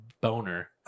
Boner